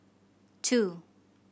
two